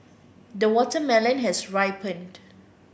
the watermelon has ripened